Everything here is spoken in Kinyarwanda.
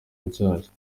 nshyashya